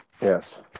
Yes